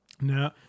No